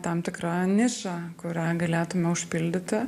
tam tikra niša kurią galėtume užpildyti